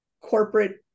corporate